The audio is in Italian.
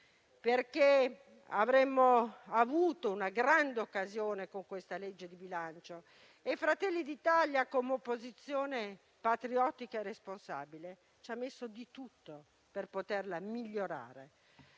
Avremmo avuto una grande occasione con questo disegno di legge di bilancio. Fratelli d'Italia, come opposizione patriottica e responsabile, ha fatto di tutto per poter migliorare